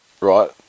right